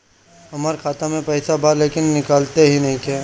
हमार खाता मे पईसा बा लेकिन निकालते ही नईखे?